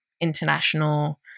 international